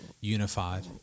unified